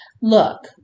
Look